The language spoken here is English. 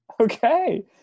Okay